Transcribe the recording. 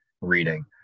reading